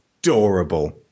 adorable